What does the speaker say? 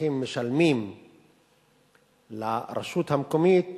שהאזרחים משלמים לרשות המקומית